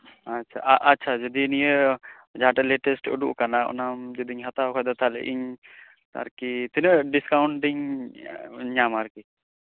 ᱟᱪᱪᱷᱟ ᱟᱪᱪᱷ ᱡᱚᱫᱤ ᱱᱤᱭᱟᱹ ᱡᱟᱸᱦᱟ ᱴᱟᱜ ᱞᱮᱴᱮᱥᱴ ᱩᱰᱩᱠ ᱠᱟᱱᱟ ᱚᱱᱟ ᱡᱩᱫᱤᱧ ᱦᱟᱛᱟᱣ ᱠᱷᱟᱡ ᱫᱚ ᱤᱧ ᱛᱤᱱᱟᱹᱜ ᱰᱤᱥᱠᱟᱣᱩᱱᱴ ᱤᱧ ᱧᱟᱢ ᱟ ᱟᱨᱠᱤ